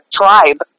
tribe